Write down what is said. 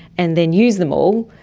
and then use them all,